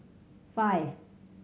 five